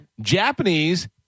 Japanese